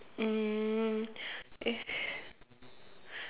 um eh